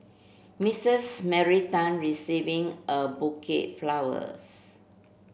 Missus Mary Tan receiving a bouquet flowers